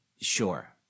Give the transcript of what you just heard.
Sure